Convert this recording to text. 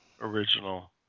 original